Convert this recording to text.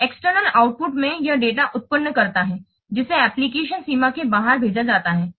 और external output में यह डेटा उत्पन्न करता है जिसे एप्लिकेशन सीमा के बाहर भेजा जाता है